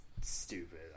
stupid